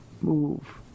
move